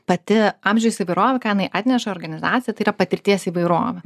pati amžiaus įvairovė ką jinai atneša į organizaciją tai yra patirties įvairovę